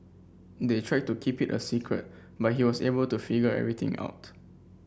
they tried to keep it a secret but he was able to figure everything out